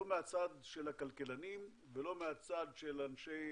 לא מהצד של הכלכלנים ולא מהצד של אנשי